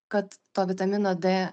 kad to vitamino d